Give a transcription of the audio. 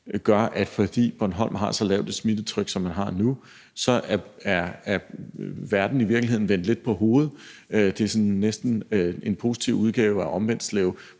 gør – fordi Bornholm har så lavt et smittetryk, som man har nu – at så er verden i virkeligheden vendt lidt på hovedet. Det er næsten en sådan positiv udgave af Omvendtslev,